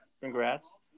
congrats